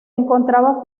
encontraba